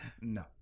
No